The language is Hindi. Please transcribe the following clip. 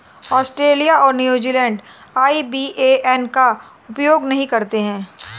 ऑस्ट्रेलिया और न्यूज़ीलैंड आई.बी.ए.एन का उपयोग नहीं करते हैं